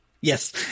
Yes